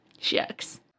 Shucks